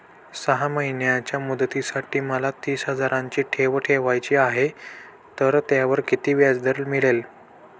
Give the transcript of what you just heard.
सहा महिन्यांच्या मुदतीसाठी मला तीस हजाराची ठेव ठेवायची आहे, तर त्यावर किती व्याजदर मिळेल?